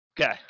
Okay